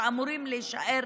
שאמורים להישאר